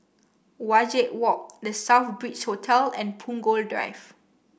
Wajek Walk The Southbridge Hotel and Punggol Drive